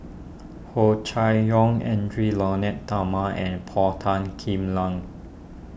Hua Chai Yong Edwy Lyonet Talma and Paul Tan Kim Lang